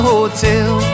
Hotel